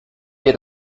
wir